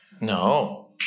No